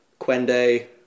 Quende